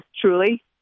truly